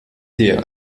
der